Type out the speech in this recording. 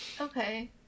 Okay